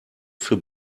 für